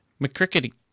McCrickety